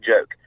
joke